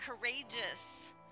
courageous